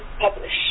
Publish